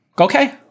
Okay